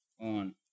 on